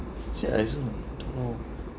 actually I also don't know